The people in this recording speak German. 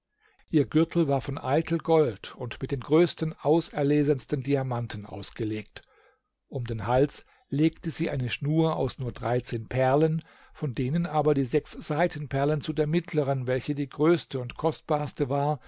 ihr gürtel war von eitel gold und mit den größten auserlesensten diamanten ausgelegt um den hals legte sie eine schnur aus nur dreizehn perlen von denen aber die sechs seitenperlen zu der mittleren welche die größte und kostbarste war